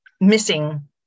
missing